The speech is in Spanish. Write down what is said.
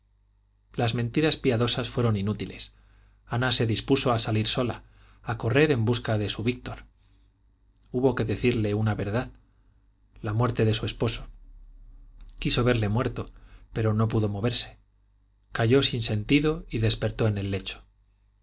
las mentiras piadosas fueron inútiles ana se dispuso a salir sola a correr en busca de su víctor hubo que decirle una verdad la muerte de su esposo quiso verle muerto pero no pudo moverse cayó sin sentido y despertó en el lecho